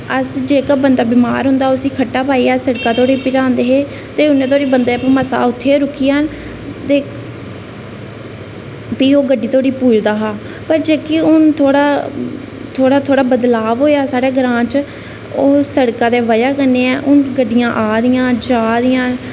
अस जेह्का बंदा बमार होंदा उसी खट्टा पाइयै सिड़का धोड़ी पजांदे हे ते उल्ले धोड़ी बंदे दे साह् उत्थें गै रुकी जान ते भी ओह् गड्डी धोड़ी पुज्जदा हा पर जेह्की हून थोह्ड़ा थोह्ड़ा थोह्ड़ा बदलाव होएआ साढ़े ग्रांऽ च ओह् सिड़का दी बजह ऐ हून गड्डियां आ दियां जा दियां